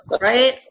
right